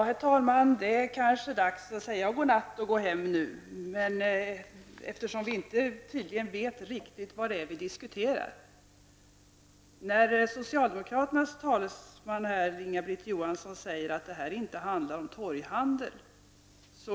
Herr talman! Det är kanske dags att säga god natt och att gå hem, eftersom vi tydligen inte riktigt vet vad vi diskuterar. Johansson säger att det inte handlar om torghandel.